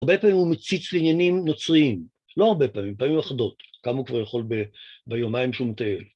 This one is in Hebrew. הרבה פעמים הוא מציץ לעניינים נוצריים. לא הרבה פעמים, פעמים אחדות. כמה הוא כבר יכול ביומיים שהוא מטייל.